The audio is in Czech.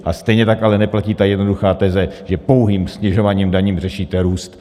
A stejně tak ale neplatí ta jednoduchá teze, že pouhým snižováním daní řešíte růst.